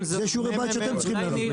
זה שיעורי בית שאתם צריכים להביא.